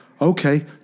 okay